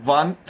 one